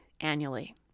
annually